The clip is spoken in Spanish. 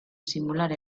simular